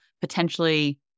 potentially